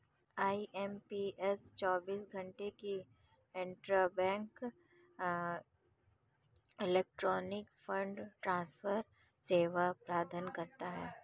IMPS चौबीस घंटे की इंटरबैंक इलेक्ट्रॉनिक फंड ट्रांसफर सेवा प्रदान करता है